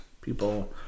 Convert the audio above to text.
people